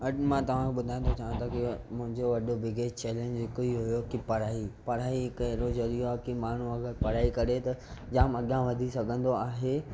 अॼु मां तव्हां ॿुधाईंदो चाहिया की मुंहिंजो अॼु बिगर चैलंज हिकु ई हुयो की पढ़ाई पढ़ाई हिकु अहिड़ो जरियो आहे की माण्हू अगरि पढाई करे त जाम अॻियां वधी सघंदो आहे